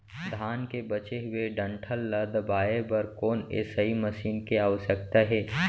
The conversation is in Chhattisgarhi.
धान के बचे हुए डंठल ल दबाये बर कोन एसई मशीन के आवश्यकता हे?